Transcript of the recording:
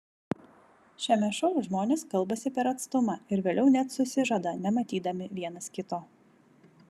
šiame šou žmonės kalbasi per atstumą ir vėliau net susižada nematydami vienas kito